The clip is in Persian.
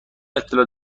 اطلاع